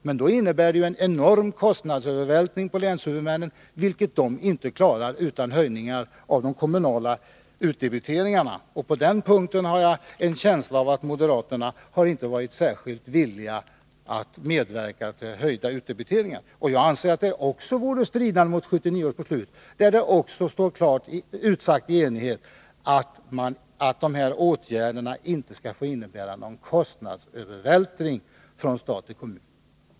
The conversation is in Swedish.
Men det innebär ju en enorm kostnadsövervältring på länshuvudmännen, vilket de inte klarar utan höjningar av de kommunala utdebiteringarna. Jag har en känsla av att moderaterna inte har varit särskilt villiga att medverka till höjda utdebiteringar. Jag anser att detta också borde strida mot 1979 års beslut, där det står klart utsagt i enighet att dessa åtgärder inte skall få innebära någon kostnadsövervältring från stat till kommun.